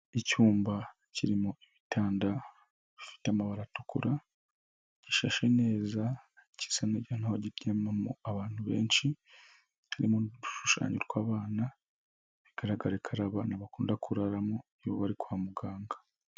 Icyumba kirimo ibitanda bifite amabara atukura, gishashe neza gisa naho kiryamamo abantu benshi, harimo n'udushushanyo tw'abana, biragagare ko ari abana bakunda kuraramo iyo bari kwa muganga.